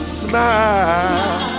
smile